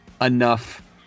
enough